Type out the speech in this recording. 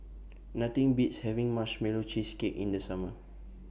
Nothing Beats having Marshmallow Cheesecake in The Summer